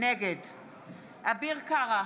נגד אביר קארה,